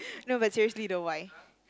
no but seriously though why